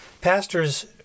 pastors